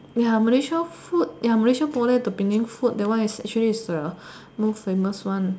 ya Malaysia food ya Malaysia boleh the Penang food that one is actually is a most famous one